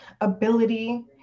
ability